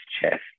chest